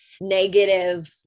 negative